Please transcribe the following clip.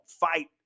fight